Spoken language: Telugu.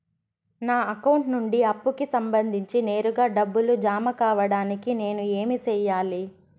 నా అకౌంట్ నుండి అప్పుకి సంబంధించి నేరుగా డబ్బులు జామ కావడానికి నేను ఏమి సెయ్యాలి?